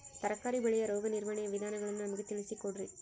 ತರಕಾರಿ ಬೆಳೆಯ ರೋಗ ನಿರ್ವಹಣೆಯ ವಿಧಾನಗಳನ್ನು ನಮಗೆ ತಿಳಿಸಿ ಕೊಡ್ರಿ?